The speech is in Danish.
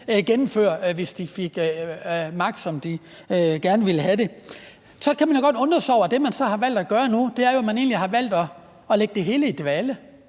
gennemføre, hvis de fik magt, som de gerne ville have det. Man kan jo godt undre sig over, at det, man så har valgt at gøre nu, jo egentlig er at lægge det hele i dvale.